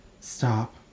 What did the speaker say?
Stop